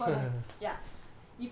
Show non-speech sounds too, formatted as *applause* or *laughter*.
*laughs* or like ya